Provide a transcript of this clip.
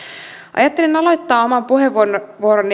ajattelin aloittaa oman puheenvuoroni